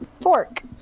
fork